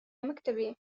مكتبي